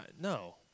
no